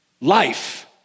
life